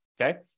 okay